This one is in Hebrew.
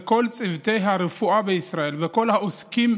וכל צוותי הרפואה בישראל וכל העוסקים